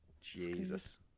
Jesus